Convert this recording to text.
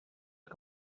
que